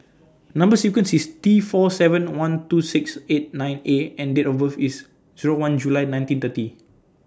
Number sequence IS T four seven one two six eight nine A and Date of birth IS Zero one July nineteen thirty